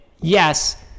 yes